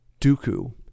Dooku